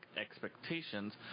expectations